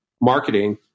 marketing